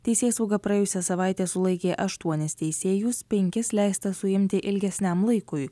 teisėsauga praėjusią savaitę sulaikė aštuonis teisėjus penkis leista suimti ilgesniam laikui